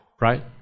right